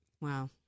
Wow